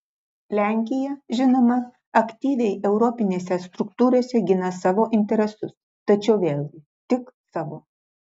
lenkija žinoma aktyviai europinėse struktūrose gina savo interesus tačiau vėlgi tik savo